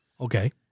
Okay